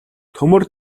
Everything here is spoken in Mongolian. төмөр